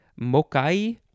Mokai